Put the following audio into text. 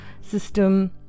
system